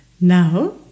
Now